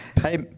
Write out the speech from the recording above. Hey